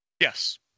Yes